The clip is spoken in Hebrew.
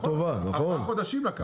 ארבעה חודשים לקח.